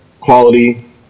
quality